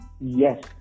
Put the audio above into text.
Yes